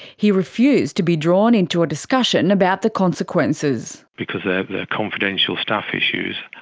he refused to be drawn into a discussion about the consequences. because they're confidential staff issues,